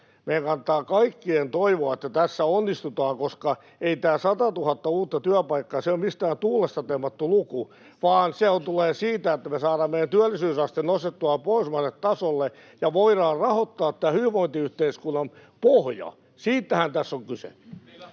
meidän kannattaa kaikkien toivoa, että tässä onnistutaan, koska ei tämä 100 000 uutta työpaikkaa ole mistään tuulesta temmattu luku, vaan se tulee siitä, [Välihuuto vasemmalta] että me saamme meidän työllisyysasteen nostettua pohjoismaiselle tasolle ja voidaan rahoittaa tämä hyvinvointiyhteiskunnan pohja. Siitähän tässä on kyse.